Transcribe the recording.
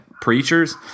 preachers